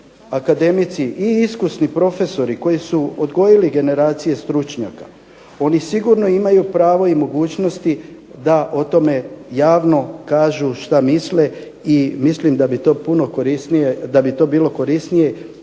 akademici i iskusni profesori koji su odgojili generacije stručnjaka. Oni sigurno imaju pravo i mogućnosti da o tome javno kažu što misle i mislim da bi to bilo korisnije